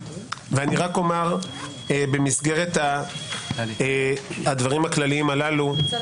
אני רק אומר במסגרת הדברים הכלליים הללו שמאחר